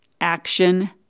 action